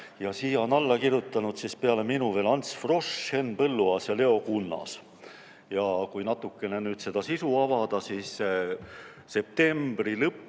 Siia on alla kirjutanud peale minu veel Ants Frosch, Henn Põlluaas ja Leo Kunnas. Kui natukene nüüd seda sisu avada, siis septembri lõpul